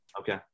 Okay